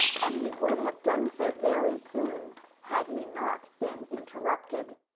and he would have done so very soon had he not been interrupted.